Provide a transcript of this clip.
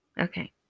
Okay